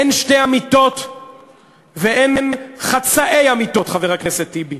אין שני אמיתות ואין חצאי אמיתות, חבר הכנסת טיבי.